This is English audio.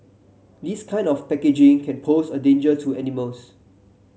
this kind of packaging can pose a danger to animals